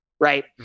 right